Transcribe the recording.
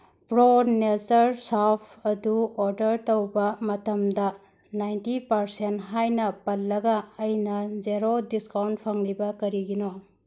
pro nature ꯁꯥꯎꯐ ꯑꯗꯨ order ꯇꯧꯕ ꯃꯇꯝꯗ ꯅꯥꯏꯟꯇꯤ ꯄꯔꯁꯦꯟ ꯍꯥꯏꯅ ꯄꯜꯂꯒ ꯑꯩꯅ ꯖꯦꯔꯣ ꯗꯤꯁꯀꯥꯎꯟ ꯐꯪꯂꯤꯕ ꯀꯔꯤꯒꯤꯅꯣ